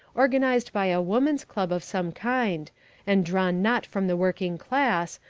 organised by a woman's club of some kind and drawn not from the working class,